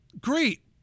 Great